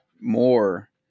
more